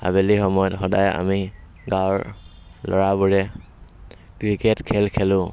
আবেলি সময়ত সদায় আমি গাঁৱৰ ল'ৰাবোৰে ক্ৰিকেট খেল খেলো